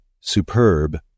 superb